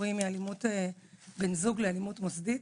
קוראים "אלימות בן זוג לאלימות מוסדית".